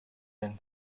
than